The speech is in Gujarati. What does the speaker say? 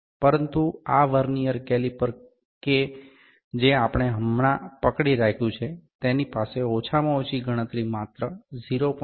પરંતુ આ વર્નિઅર કેલિપર કે જે આપણે હમણાં પકડી રાખ્યું છે તેની પાસે ઓછામાં ઓછી ગણતરી માત્ર 0